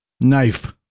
Knife